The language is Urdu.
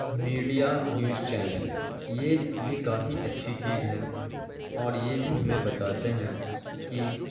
میڈیا نیوز چینل یہ بھی کافی اچھی چیز ہے اور یہ بھی ہمیں بتاتے ہیں کہ